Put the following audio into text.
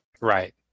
Right